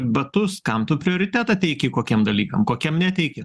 batus kam tu prioritetą teiki kokiem dalykam kokiem neteiki